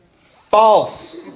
False